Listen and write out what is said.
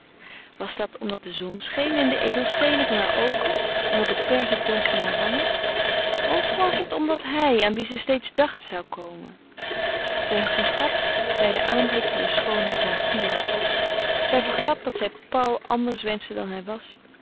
was dat omdat de zon scheen in de edelsteenen van hare oogen en op het perzikdons harer wangen of was het omdat hij aan wien ze steeds dacht zou komen zij vergat bij den aanblik dier schoonheid haar fieren trots zij vergat dat zij paul anders wenschte dan hij was